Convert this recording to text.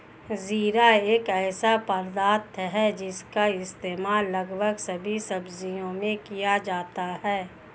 जीरा एक ऐसा पदार्थ है जिसका इस्तेमाल लगभग सभी सब्जियों में किया जाता है